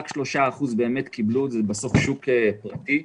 רק 3% באמת קיבלו זה בסוף שוק פרטי.